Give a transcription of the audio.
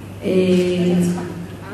הבריאות.